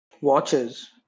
Watches